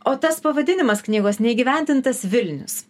o tas pavadinimas knygos neįgyvendintas vilnius